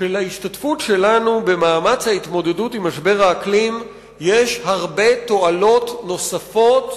שלהשתתפות שלנו במאמץ ההתמודדות עם משבר האקלים יש הרבה תועלות נוספות,